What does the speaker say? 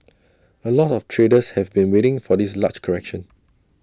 A lot of traders have been waiting for this large correction